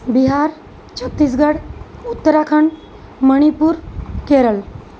Bihar Chhattisgarh Uttarakhand Manipur Kerala